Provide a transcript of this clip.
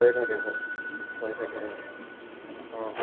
হৈ থাকে হয় হৈ থাকে অঁ অঁ